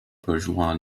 bourgeois